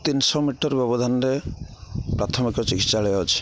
ତିନିଶହ ମିଟର ବ୍ୟବଧାନରେ ପ୍ରାଥମିକ ଚିକିତ୍ସାଳୟ ଅଛି